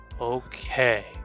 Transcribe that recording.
Okay